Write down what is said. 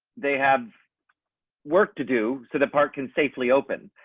they have work to do. so the park can safely open,